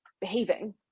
behaving